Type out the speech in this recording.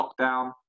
lockdown